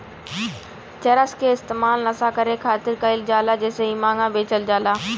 चरस के इस्तेमाल नशा करे खातिर कईल जाला जेसे इ महंगा बेचल जाला